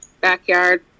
backyard